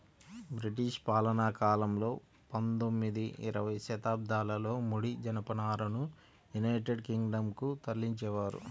British పాలనాకాలంలో పందొమ్మిది, ఇరవై శతాబ్దాలలో ముడి జనపనారను యునైటెడ్ కింగ్ డం కు తరలించేవారు